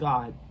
God